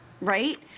right